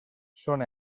són